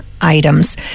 items